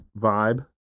vibe